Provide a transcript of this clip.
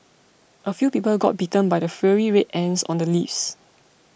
a few people got bitten by the fiery Red Ants on the leaves